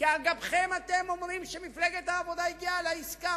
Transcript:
כי על גבכם שלכם אומרים שמפלגת העבודה הגיעה לעסקה.